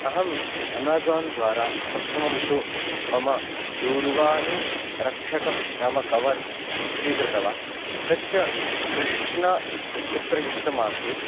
अहम् अमेज़ान् द्वारा प्रथमं तु मम दूरुवाणीरक्षकं नाम कवर् स्वीकृतवान् तच्च कृष्णचित्रयुक्तम् आसीत्